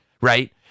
right